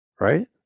Right